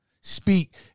Speak